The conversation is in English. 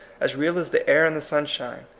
as real as the air and the sunshine,